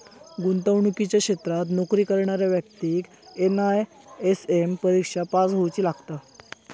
गुंतवणुकीच्या क्षेत्रात नोकरी करणाऱ्या व्यक्तिक एन.आय.एस.एम परिक्षा पास होउची लागता